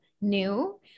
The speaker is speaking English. new